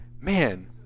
man